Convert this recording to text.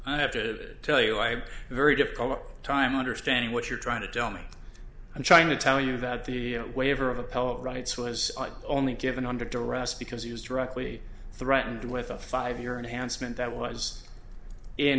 i have to tell you i had a very difficult time understanding what you're trying to tell me i'm trying to tell you that the waiver of appellate rights was only given under duress because he was directly threatened with a five year enhanced meant that was in